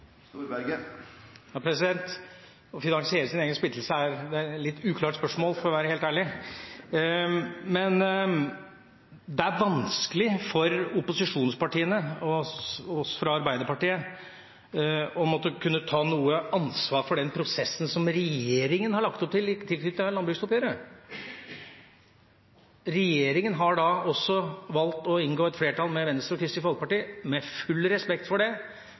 Storberget? Hvordan vil han finansiere sin egen splittelse? Hvordan man finansierer sin egen splittelse er et litt uklart spørsmål, for å være helt ærlig, men det er vanskelig for opposisjonspartiene og for Arbeiderpartiet å skulle ta noe ansvar for den prosessen som regjeringa har lagt opp til i tilknytning til landbruksoppgjøret. Regjeringa har valgt å inngå i et flertall med Venstre og Kristelig Folkeparti – med full respekt for det